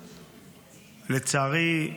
לצערי,